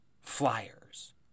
Flyers